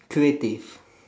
creative